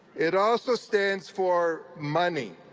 it also stands for money.